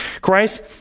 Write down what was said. Christ